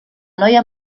noia